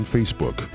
Facebook